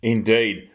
Indeed